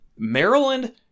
Maryland